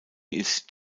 ist